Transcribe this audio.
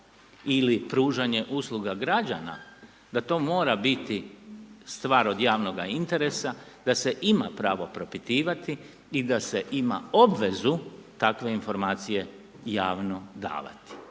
ili pružanje usluga građana da to mora biti stvar od javnoga interesa, da se ima pravo propitivati i da se ima obvezu takve informacije javno davati.